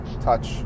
touch